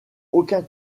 aucun